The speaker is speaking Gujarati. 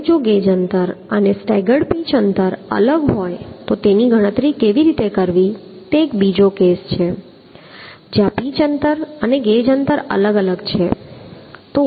હવે જો ગેજ અંતર અને સ્ટેગર્ડ પિચ અંતર અલગ હોય તો કેવી રીતે ગણતરી કરવી તે એક બીજો કેસ છે જ્યાં પિચ અંતર અને ગેજ અંતર અલગ છે